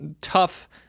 tough